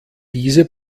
diese